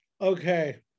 okay